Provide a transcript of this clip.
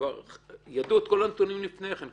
את כל הנתונים לפני כן,